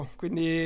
quindi